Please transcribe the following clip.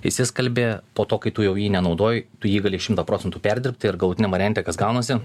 išsiskalbi po to kai tu jau jį nenaudoji tu jį gali šimtą procentų perdirbti ir galutiniam variante kas gaunasi